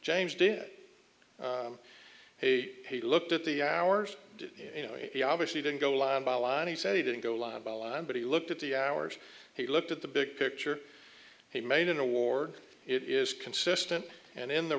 james did a he looked at the hours did you know obviously didn't go line by line he said he didn't go line by line but he looked at the hours he looked at the big picture he made an award it is consistent and in the